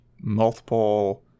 multiple